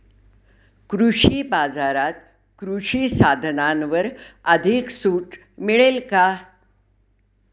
कृषी बाजारात कृषी साधनांवर अधिक सूट मिळेल का?